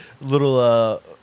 little –